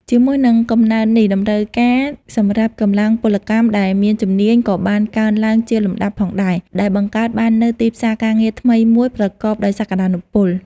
ជាមួយនឹងកំណើននេះ តម្រូវការសម្រាប់កម្លាំងពលកម្មដែលមានជំនាញក៏បានកើនឡើងជាលំដាប់ផងដែរ ដែលបង្កើតបាននូវទីផ្សារការងារថ្មីមួយប្រកបដោយសក្តានុពល។